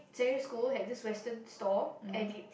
secondary school had this western store and it